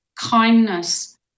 kindness